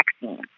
vaccines